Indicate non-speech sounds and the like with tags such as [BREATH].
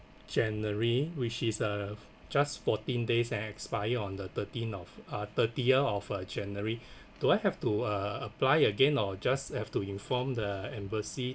january which is uh just fourteen days it'll expire on the thirteenth of uh thirtieth of uh january [BREATH] do I have to uh apply again or just have to inform the embassy